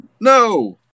No